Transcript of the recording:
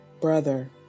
brother